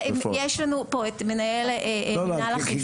יש לנו פה את מנהל מינהל אכיפה.